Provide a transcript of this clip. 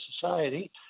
Society